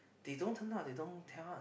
they don't turn up they don't tell us